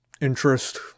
interest